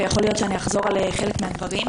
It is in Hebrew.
ויכול להיות שאחזור על חלק מן הדברים,